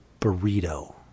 burrito